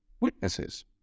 witnesses